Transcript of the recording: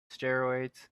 steroids